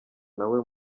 nawe